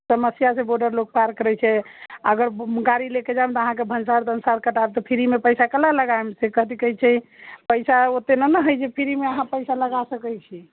समस्या से बोर्डर लोग पार करैत छै अगर गाड़ी लेके जाइम तऽ अहाँकेँ भनसार तनसार कटायब तऽ फ्रीमे पैसा लगाइम से कथी कहैत छै पैसा ओते नहि हय जे फ्रीमे अहाँ पैसा लगा सकैत छी